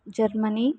Germany